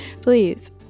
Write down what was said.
please